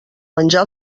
menjar